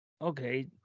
okay